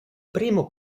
primo